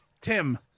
Tim